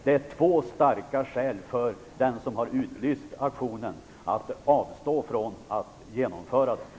Det är två starka skäl för den som har utlyst auktionen att avstå från att genomföra den.